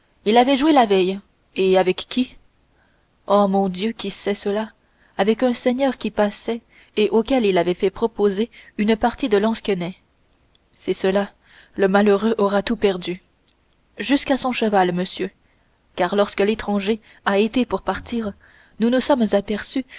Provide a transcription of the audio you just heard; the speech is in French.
il avait joué la veille et avec qui oh mon dieu qui sait cela avec un seigneur qui passait et auquel il avait fait proposer une partie de lansquenet c'est cela le malheureux aura tout perdu jusqu'à son cheval monsieur car lorsque l'étranger a été pour partir nous nous sommes aperçus